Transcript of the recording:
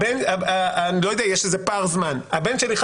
הבן שלי,